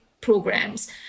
programs